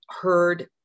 heard